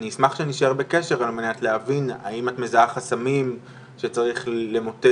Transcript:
אני אשמח שנישאר בקשר על מנת להבין האם את מזהה חסמים שצריך למוטט,